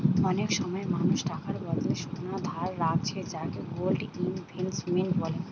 অনেক সময় মানুষ টাকার বদলে সোনা ধারে রাখছে যাকে গোল্ড ইনভেস্টমেন্ট বলে